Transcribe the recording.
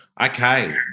Okay